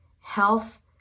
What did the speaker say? Health